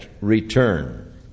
return